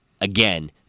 again